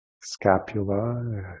scapula